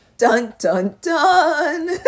Dun-dun-dun